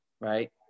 Right